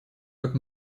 как